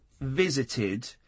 visited